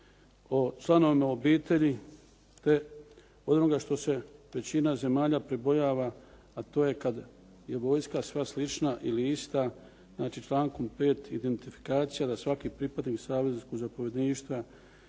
o članovima obitelji, te onoga što se većina zemalja pribojava, a to je kada je vojska sva slična ili ista. Znači člankom 5. identifikacija da svaki pripadnik u savezu zapovjedništva